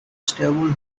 stable